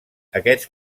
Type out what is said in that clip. aquests